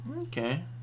Okay